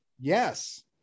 Yes